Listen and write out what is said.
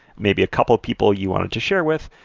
maybe a couple people you wanted to share with,